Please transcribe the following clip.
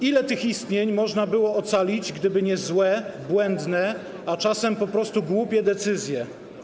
Ile tych istnień można byłoby ocalić, gdyby nie złe, błędne, a czasem po prostu głupie decyzje?